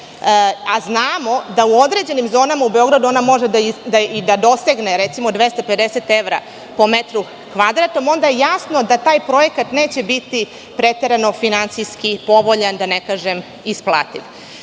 a znamo da u određenim zonama u Beogradu ona može i da dosegne, recimo, 250 evra po metru kvadratnom, onda je jasno da taj projekat neće biti preterano finansijski povoljan, da ne kažem isplativ. Da